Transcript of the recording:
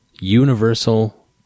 universal